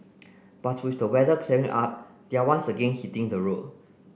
but with the weather clearing up they are once again hitting the road